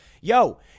Yo